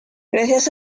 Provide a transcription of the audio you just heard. gracias